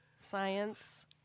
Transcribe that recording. science